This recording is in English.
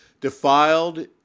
defiled